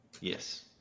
Yes